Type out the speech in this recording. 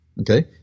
Okay